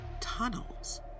tunnels